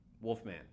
wolfman